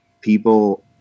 people